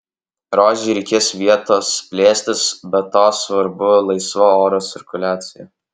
rožei reikės vietos plėstis be to svarbu laisva oro cirkuliacija